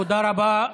תודה רבה,